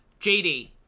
JD